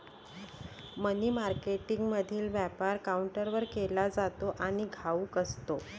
मनी मार्केटमधील व्यापार काउंटरवर केला जातो आणि घाऊक असतो